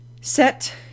Set